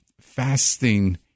fasting